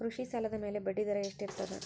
ಕೃಷಿ ಸಾಲದ ಮ್ಯಾಲೆ ಬಡ್ಡಿದರಾ ಎಷ್ಟ ಇರ್ತದ?